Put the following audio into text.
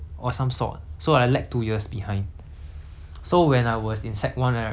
so when I was in sec one right then I was in err I was fifteen